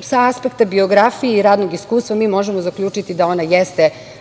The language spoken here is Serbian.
Sa aspekta biografije i radnog iskustva, mi možemo zaključiti da ona jeste